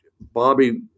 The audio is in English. Bobby